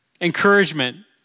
encouragement